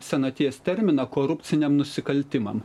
senaties terminą korupciniam nusikaltimam